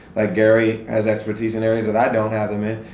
like gary, has expertise in areas that i don't have them in.